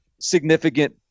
significant